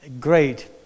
great